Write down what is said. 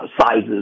sizes